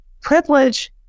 Privilege